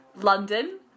London